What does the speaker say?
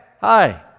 hi